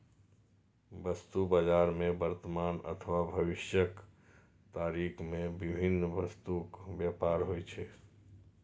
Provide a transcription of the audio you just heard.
वस्तु बाजार मे वर्तमान अथवा भविष्यक तारीख मे विभिन्न वस्तुक व्यापार होइ छै